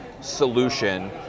solution